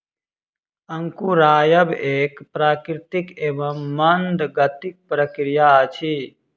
अंकुरायब एक प्राकृतिक एवं मंद गतिक प्रक्रिया अछि